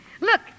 Look